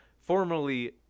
formerly